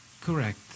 Correct